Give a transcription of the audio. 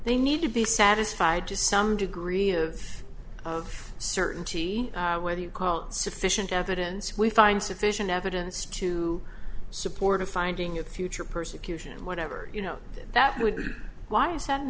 they need to be satisfied to some degree of certainty whether you call it sufficient evidence we find sufficient evidence to support a finding at the future persecution whatever you know that would be why is that an